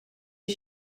est